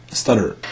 stutter